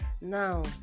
now